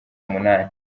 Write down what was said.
umunani